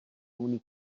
اونی